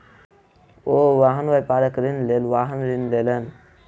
ओ वाहन व्यापारक लेल वाहन ऋण लेलैन